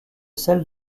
sel